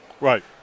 Right